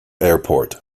airport